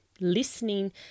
Listening